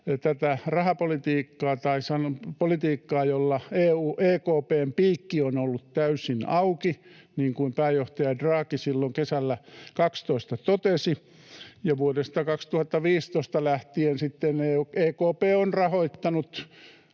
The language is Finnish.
tätä rahapolitiikkaa, jolla EKP:n piikki on ollut täysin auki, niin kuin pääjohtaja Draghi silloin kesällä 12 totesi. Vuodesta 2015 lähtien sitten EKP on tyhjästä